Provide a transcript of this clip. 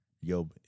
yo